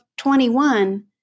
21